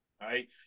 right